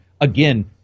Again